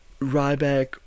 Ryback